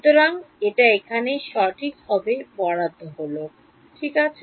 সুতরাং এটা এখানে সঠিক হবে বরাদ্ধ করা হলো ঠিক আছে